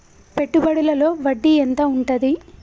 పెట్టుబడుల లో వడ్డీ ఎంత ఉంటది?